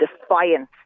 defiance